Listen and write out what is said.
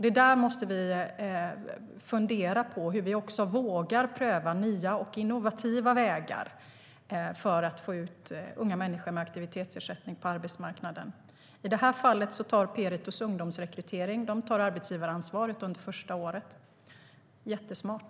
Det där måste vi fundera på. Hur kan vi våga pröva nya och innovativa vägar för att få ut unga människor med aktivitetsersättning på arbetsmarknaden? I det här fallet tar Peritos Ungdomsrekrytering arbetsgivaransvaret under det första året - jättesmart.